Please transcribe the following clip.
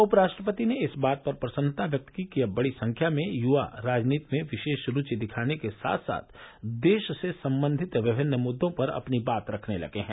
उपराष्ट्रपति ने इस बात पर प्रसन्नता व्यक्त की कि अब बड़ी संख्या में युवा राजनीति में विशेष रूचि दिखाने के साथ साथ देश से संबंधित विभिन्न मुद्दों पर अपनी बात रखने लगे हैं